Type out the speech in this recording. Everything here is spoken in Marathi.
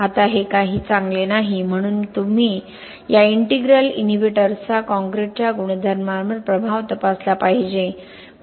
आता हे काही चांगले नाही म्हणून तुम्ही या इंटिग्रल इनहिबिटर्सचा कॉंक्रिटच्या गुणधर्मांवर प्रभाव तपासला पाहिजे